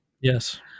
Yes